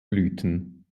blüten